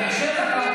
כאשר אתה,